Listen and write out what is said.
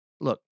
Look